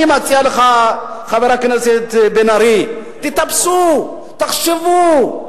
אני מציע לך, חבר הכנסת בן-ארי, תתאפסו, תחשבו.